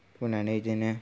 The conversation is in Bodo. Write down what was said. बुंनानै बिदिनो